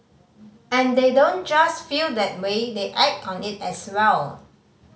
and they don't just feel that way they act on it as well